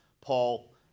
Paul